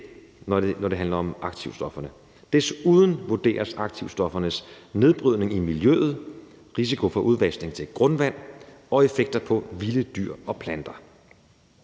når det handler om aktivstofferne. Desuden vurderes aktivstoffernes nedbrydning i miljøet, risiko for udvaskning til grundvand og effekter på vilde dyr og planter.